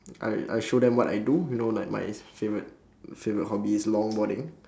I I show them what I do you know like my favourite favourite hobby is longboarding